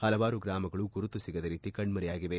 ಹಲವಾರು ಗ್ರಾಮಗಳು ಗುರುತು ಸಿಗದ ರೀತಿ ಕಣ್ನರೆಯಾಗಿವೆ